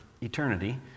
eternity